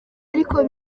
ariko